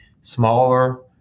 smaller